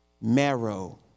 marrow